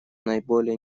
наиболее